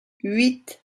huit